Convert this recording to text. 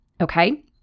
Okay